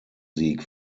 sieg